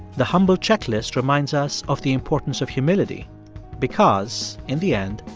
the humble checklist reminds us of the importance of humility because, in the end,